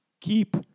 Keep